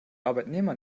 arbeitnehmer